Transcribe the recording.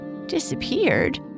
disappeared